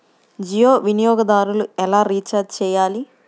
జియో వినియోగదారులు ఎలా రీఛార్జ్ చేయాలి?